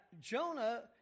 Jonah